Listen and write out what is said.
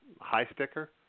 high-sticker